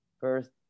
first